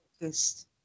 focused